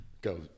go